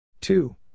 Two